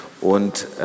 und